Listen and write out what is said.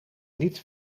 niet